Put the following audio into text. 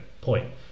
point